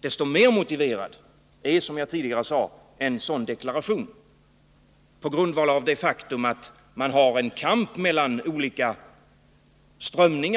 Desto mer motiverad är, som jag tidigare sade, en sådan deklaration, med hänsyn till det faktum att det förekommer en kamp mellan olika